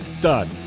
done